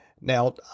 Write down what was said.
Now